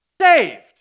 saved